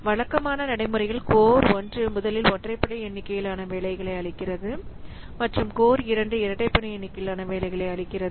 வழக்கமான நடைமுறையில் கோர் 1 முதலில் ஒற்றைப்படை எண்ணிக்கையிலான வேலைகளை அளிக்கிறது மற்றும் கோர் 2 இரட்டைப்படை எண்ணிக்கையிலான வேலைகளை அளிக்கிறது